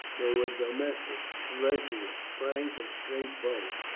they were domestic, virtuous, frank, and straightforward.